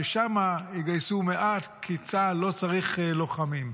ששם יגייסו מעט כי צה"ל לא צריך לוחמים.